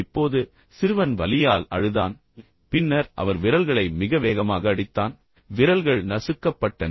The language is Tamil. இப்போது சிறுவன் வலியால் அழுதான் பின்னர் அவர் விரல்களை மிக வேகமாக அடித்தான் விரல்கள் நசுக்கப்பட்டன